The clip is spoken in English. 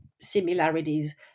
similarities